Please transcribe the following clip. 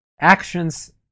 actions